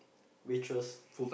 waitress